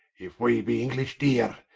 if we be english deere,